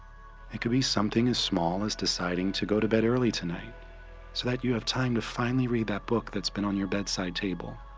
it could be something as small as deciding to go to bed early tonight so that you have time to finally read that book that's been on your bedside table.